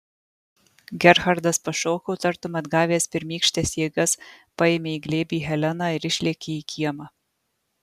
gerhardas pašoko tartum atgavęs pirmykštes jėgas paėmė į glėbį heleną ir išlėkė į kiemą